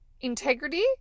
Integrity